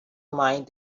mind